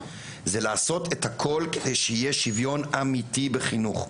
זה לעשות את הכול כדי שיהיה שוויון אמיתי בחינוך.